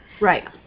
Right